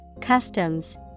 customs